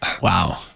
Wow